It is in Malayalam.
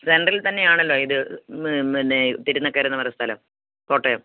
സെൻ്ററിൽ തന്നെയാണല്ലോ ഇത് പിന്നെ തിരുനക്കരയെന്നു പറയുന്ന സ്ഥലം കോട്ടയം